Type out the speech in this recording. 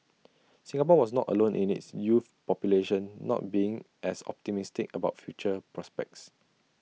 Singapore was not alone in its youth population not being as optimistic about future prospects